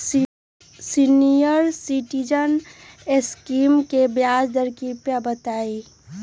senior citizen scheme के ब्याज दर कृपया बताईं